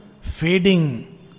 Fading